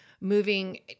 moving